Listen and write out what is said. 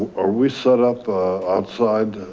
are we set up outside,